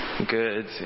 Good